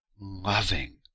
loving